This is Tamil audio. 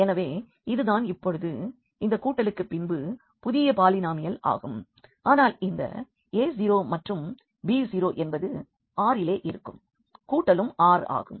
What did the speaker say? எனவே இது தான் இப்பொழுது இந்த கூட்டலுக்கு பின்பு புதிய பாலினாமியல் ஆகும் ஆனால் இந்த a0மற்றும் இந்த b0 என்பது Rஇலே இருக்கும் கூட்டலும் R ஆகும்